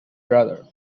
brother